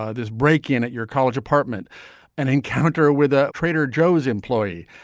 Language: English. ah this break in at your college apartment an encounter with a trader joe's employee.